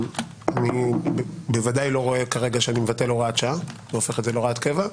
אני בוודאי לא רואה כרגע שאני מבטל הוראת שעה והופך את זה להוראת קבע.